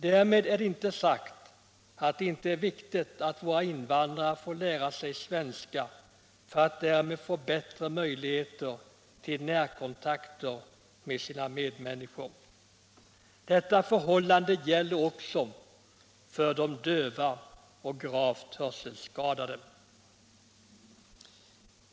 Därmed är det inte sagt att det inte är väsentligt att invandrarna får lära sig svenska för att därmed få bättre möjligheter till närkontakter med sina medmänniskor - men samma förhållande gäller för de döva och gravt hörselskadade.